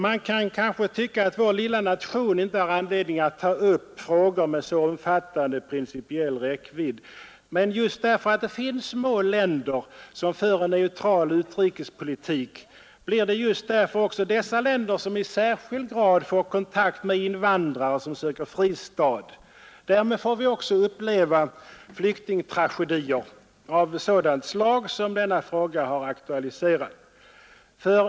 Man kan kanske tycka att vår lilla nation inte har anledning att ta upp frågor med en så omfattande principiell räckvidd. Det blir emellertid just de små länder som för en neutral utrikespolitik vilka i särskild grad får kontakt med invandrare som söker fristad. Därmed får vi också uppleva flyktingtragedier av sådant slag som har aktualiserat denna fråga.